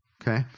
Okay